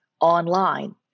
online